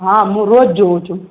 હા હું રોજ જોઉં છું